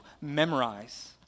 memorize